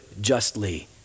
justly